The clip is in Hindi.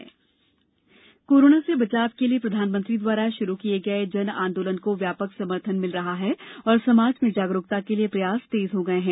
जन आंदोलन अपील कोरोना से बचाव के लिए प्रधानमंत्री द्वारा शुरू किये गये जन आंदोलन को व्यापक समर्थन मिल रहा है और समाज में जागरूकता के लिए प्रयास तेज हो गये है